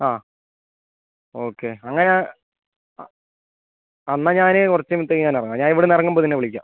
ആ ഓക്കെ അങ്ങനെ ആ എന്നാൽ ഞാൻ കുറച്ച് കഴിയുമ്പത്തേന് ഞാൻ ഇറങ്ങാം ഞാൻ ഇവിടെനിന്ന് ഇറങ്ങുമ്പം നിന്നെ വിളിക്കാം